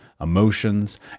emotions